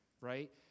right